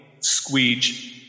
squeege